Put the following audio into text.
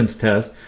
test